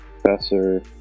Professor